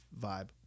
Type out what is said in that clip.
vibe